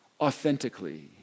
authentically